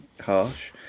harsh